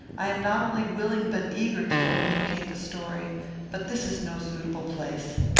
i am not only willing but eager to communicate the story but this is no suitable place.